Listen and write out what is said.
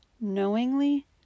knowingly